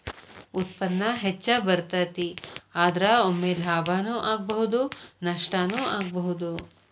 ಉತ್ಪನ್ನಾ ಹೆಚ್ಚ ಬರತತಿ, ಆದರ ಒಮ್ಮೆ ಲಾಭಾನು ಆಗ್ಬಹುದು ನಷ್ಟಾನು ಆಗ್ಬಹುದು